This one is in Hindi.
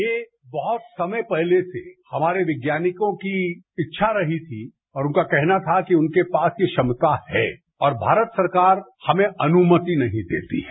ये बहुत समय पहले से हमारे वैज्ञानिकों की इच्छा रही थी और उनका कहना था कि उनके पास यह क्षमता है और भारत सरकार हमें अनुयति नहीं देती है